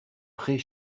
prés